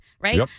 Right